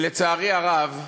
לצערי הרב,